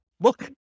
look